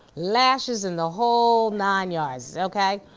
lashes and the whole nine yards, okay?